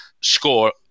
score